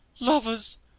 Lovers